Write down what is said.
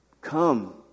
Come